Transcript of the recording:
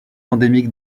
endémique